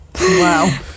Wow